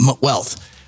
wealth